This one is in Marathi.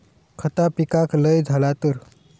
खता पिकाक लय झाला तर?